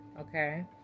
Okay